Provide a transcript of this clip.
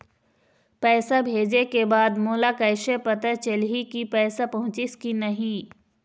पैसा भेजे के बाद मोला कैसे पता चलही की पैसा पहुंचिस कि नहीं?